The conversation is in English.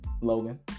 Logan